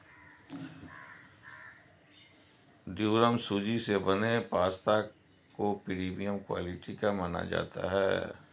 durum सूजी से बने पास्ता को प्रीमियम क्वालिटी का माना जाता है